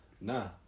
Nah